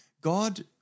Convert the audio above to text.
God